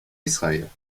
israel